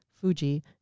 Fuji